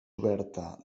oberta